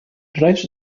derives